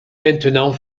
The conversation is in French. maintenant